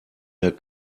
der